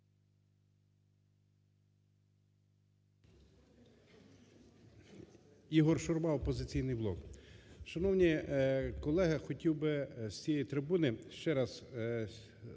Ігор Шурма "Опозиційний блок". Шановні колеги, хотів би з цієї трибуни ще раз засвідчити